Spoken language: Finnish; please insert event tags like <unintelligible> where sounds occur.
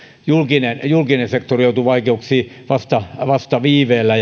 julkinen julkinen sektori joutui vaikeuksiin vasta vasta viiveellä <unintelligible>